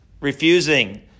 refusing